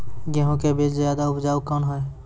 गेहूँ के बीज ज्यादा उपजाऊ कौन है?